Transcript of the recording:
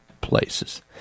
places